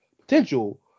potential